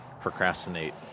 procrastinate